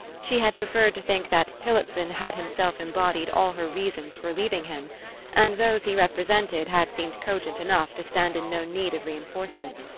she had preferred to think that tillotson had himself embodied all her reasons for leaving him and those he represented had seemed cogent enough to stand in no need of reinforcement.